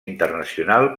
internacional